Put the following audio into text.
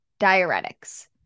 diuretics